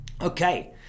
Okay